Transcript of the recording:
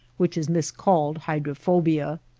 which is miscalled hydrophobia.